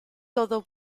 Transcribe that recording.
todo